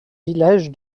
village